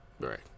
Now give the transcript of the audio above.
Right